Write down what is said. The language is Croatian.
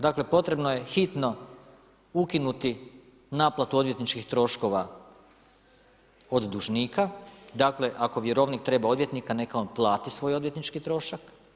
Dakle potrebno je hitno ukinuti naplatu odvjetničkih troškova od dužnika, dakle ako vjerovnik treba odvjetnika, neka on plati svoj odvjetnički trošak.